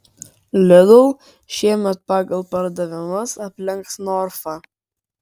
lidl šiemet pagal pardavimus aplenks norfą